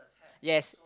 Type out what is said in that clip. yes